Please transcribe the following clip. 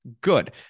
good